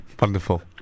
wonderful